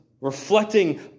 reflecting